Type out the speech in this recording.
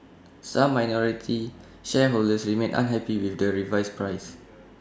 some minority shareholders remain unhappy with the revised price